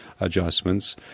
adjustments